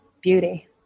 beauty